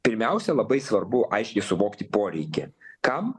pirmiausia labai svarbu aiškiai suvokti poreikį kam